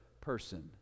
person